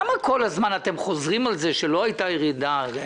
למה כל הזמן אתם חוזרים על כך שלא הייתה ירידה?